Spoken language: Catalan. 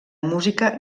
música